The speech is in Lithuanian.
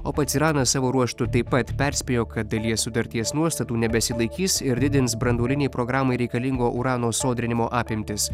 o pats iranas savo ruožtu taip pat perspėjo kad dalies sutarties nuostatų nebesilaikys ir didins branduolinei programai reikalingo urano sodrinimo apimtis